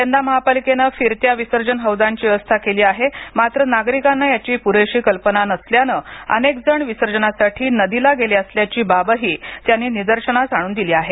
यंदा महापालिकेनं फिरत्या विसर्जन हौदांची व्यवस्था केली आहे मात्र नागरिकांना याची पुरेशी कल्पना नसल्याने अनेक जण विसर्जनासाठी नदीला गेले असल्याची बाबही त्यांनी निदर्शनास आणून दिली आहे